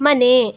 ಮನೆ